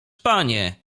panie